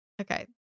Okay